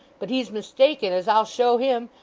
but he's mistaken, as i'll show him,